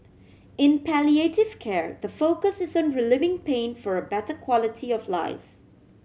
in palliative care the focus is on relieving pain for a better quality of life